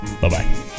Bye-bye